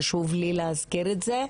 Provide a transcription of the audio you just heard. חשוב לי להזכיר את זה.